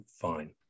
fine